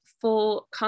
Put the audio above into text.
full